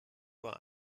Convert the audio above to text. vor